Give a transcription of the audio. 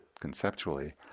conceptually